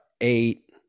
eight